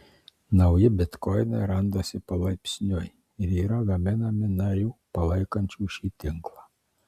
nauji bitkoinai randasi palaipsniui ir yra gaminami narių palaikančių šį tinklą